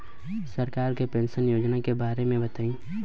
सरकार के पेंशन योजना के बारे में बताईं?